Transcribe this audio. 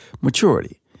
Maturity